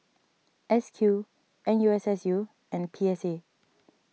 S Q N U S S U and P S A